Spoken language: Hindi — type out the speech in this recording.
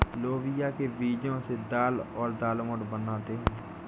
लोबिया के बीजो से दाल और दालमोट बनाते है